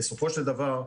בסופו של דבר,